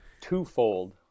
twofold